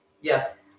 Yes